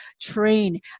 train